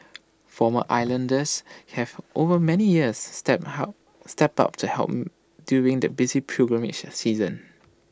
former islanders have over many years stepped help stepped up to help during the busy pilgrimage season